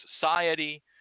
society